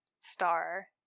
star